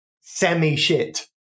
semi-shit